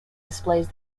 displays